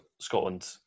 Scotland